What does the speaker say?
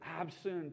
absent